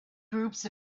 groups